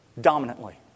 dominantly